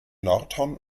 nordhorn